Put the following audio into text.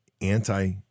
anti